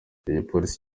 igipolisi